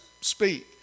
speak